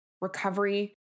recovery